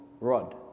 rod